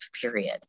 period